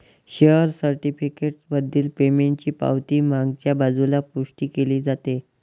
share certificate मधील पेमेंटची पावती मागच्या बाजूला पुष्टी केली जाते